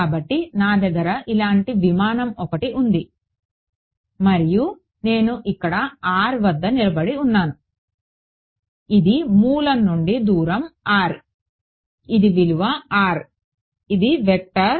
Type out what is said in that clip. కాబట్టి నా దగ్గర ఇలాంటి విమానం ఒకటి ఉంది మరియు నేను ఇక్కడ r వద్ద నిలబడి ఉన్నాను ఇది మూలం నుండి దూరం r ఇది విలువ r ఇది వెక్టార్